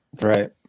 Right